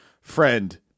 Friend